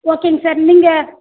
ஓகேங்க சார் நீங்கள்